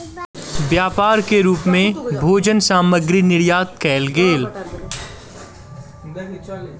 व्यापार के रूप मे भोजन सामग्री निर्यात कयल गेल